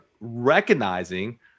recognizing